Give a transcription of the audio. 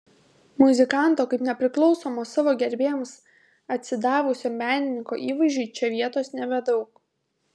muzikanto kaip nepriklausomo savo gerbėjams atsidavusio menininko įvaizdžiui čia vietos nebedaug